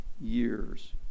years